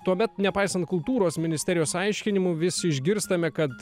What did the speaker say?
tuomet nepaisant kultūros ministerijos aiškinimų vis išgirstame kad